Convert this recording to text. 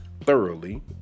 thoroughly